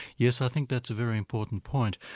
yes, i think that's a very important point,